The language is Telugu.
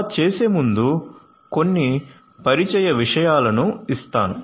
అలా చేసే ముందు కొన్ని పరిచయ విషయాలను ఇస్తాను